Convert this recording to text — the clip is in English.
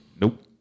Nope